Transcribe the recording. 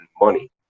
money